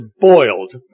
boiled